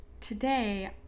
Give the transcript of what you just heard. today